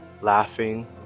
laughing